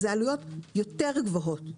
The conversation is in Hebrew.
היא בעלויות יותר גבוהות.